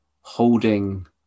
holding